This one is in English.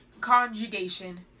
conjugation